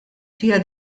fiha